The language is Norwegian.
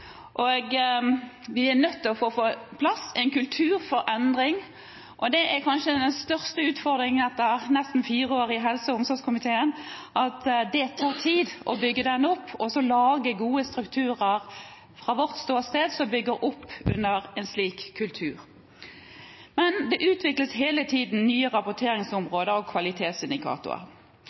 å få på plass en kultur for endring, og det er kanskje den største utfordringen. Etter nesten fire år i helse- og omsorgskomiteen har vi fra vårt ståsted sett at det tar tid å bygge den opp og lage gode strukturer – og å bygge opp under en slik kultur. Det utvikles hele tiden nye rapporteringsområder og kvalitetsindikatorer.